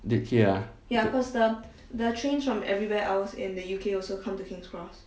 the~ here ah